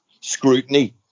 scrutiny